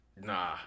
Nah